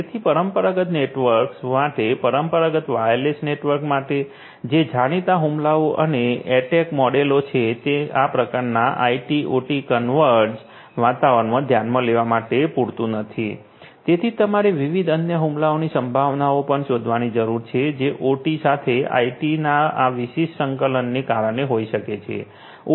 તેથી પરંપરાગત નેટવર્ક્સ માટે પરંપરાગત વાયરલેસ નેટવર્ક માટે જે જાણીતા હુમલાઓ અને એટેક મોડેલો છે તે આ પ્રકારના આઇટી ઓટી કન્વર્ઝ્ડ વાતાવરણમાં ધ્યાનમાં લેવા માટે પૂરતું નથી તેથી તમારે વિવિધ અન્ય હુમલાની સંભાવનાઓ પણ શોધવાની જરૂર છે જે ઓટી સાથે આઇટી ના આ વિશિષ્ટ સંકલનને કારણે હોઈ શકે છે